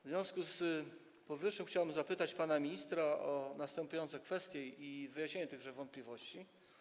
W związku z powyższym chciałbym zapytać pana ministra o następujące kwestie i prosić o wyjaśnienie tychże wątpliwości.